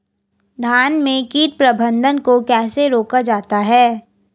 धान में कीट प्रबंधन को कैसे रोका जाता है?